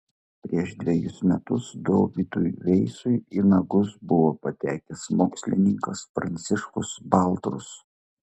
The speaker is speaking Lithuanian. prieš dvejus metus dovydui veisui į nagus buvo patekęs mokslininkas pranciškus baltrus